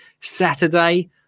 Saturday